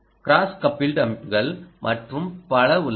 cross coupled அமைப்புகள் மற்றும் பல உள்ளன